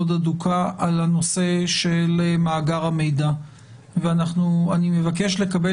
הדוקה על הנושא של מאגר המידע ואני מבקש לקבל,